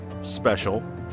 special